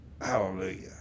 hallelujah